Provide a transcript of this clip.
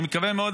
אני מקווה מאוד,